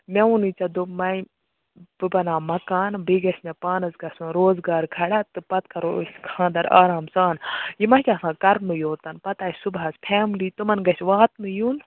مےٚ ووٚنُے ژےٚ دوٚپمَے بہٕ بناو مکانہٕ بیٚیہِ گژھِ مےٚ پانَس گژھُن روزگار کھڑا تہٕ پَتہٕ کَرو أسۍ خانٛدَر آرام سان یہِ ما چھِ آسان کَرنُے یوتَن پَتہٕ آسہِ صُبحَس فیملی تِمَن گژھِ واتنہٕ یُن